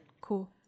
Cool